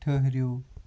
ٹھٕرِو